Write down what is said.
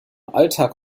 alltag